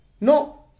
No